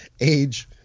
age